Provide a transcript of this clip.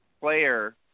player